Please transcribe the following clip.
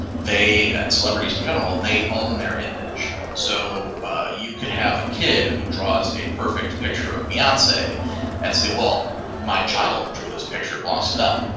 celebrities in general, they own their image. so you could have a kid who draws a perfect picture of beyonce and say, well my child drew this picture, it belongs to them.